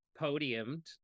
podiumed